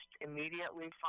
immediately